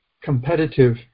competitive